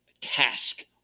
task